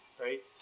right